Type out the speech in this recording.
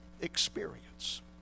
experience